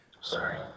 Sorry